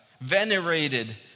venerated